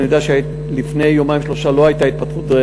אני יודע שלפני יומיים-שלושה לא הייתה התפתחות,